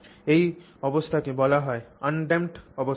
এই অবস্থাকে বলা হয় আনড্যাম্পড অবস্থা